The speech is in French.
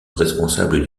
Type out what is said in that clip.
responsable